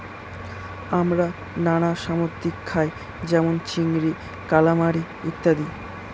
আমরা নানা সামুদ্রিক খাই যেমন চিংড়ি, কালামারী ইত্যাদি